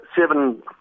seven